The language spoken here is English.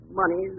money